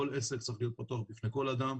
כל עסק צריך להיות פתוח בפני כל אדם,